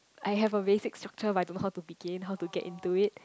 I have a basic structure but I don't know how to begin how to get into it